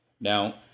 Now